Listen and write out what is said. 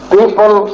People